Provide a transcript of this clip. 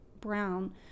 brown